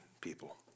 people